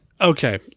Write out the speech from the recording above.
okay